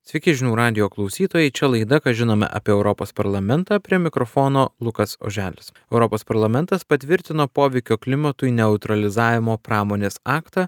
sveiki žinių radijo klausytojai čia laida ką žinome apie europos parlamentą prie mikrofono lukas oželis europos parlamentas patvirtino poveikio klimatui neutralizavimo pramonės aktą